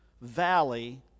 valley